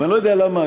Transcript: אני לא יודע למה,